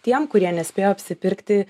tiem kurie nespėjo apsipirkti